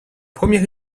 première